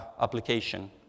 application